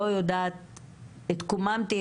התקוממתי,